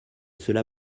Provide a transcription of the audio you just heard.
cela